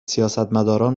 سیاستمداران